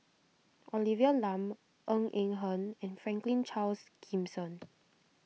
Olivia Lum Ng Eng Hen and Franklin Charles Gimson